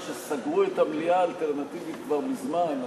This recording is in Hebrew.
אני